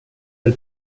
del